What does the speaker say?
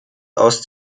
aus